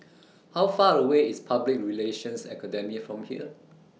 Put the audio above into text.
How Far away IS Public Relations Academy from here